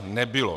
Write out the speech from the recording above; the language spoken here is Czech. Nebylo!